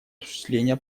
осуществления